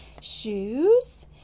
shoes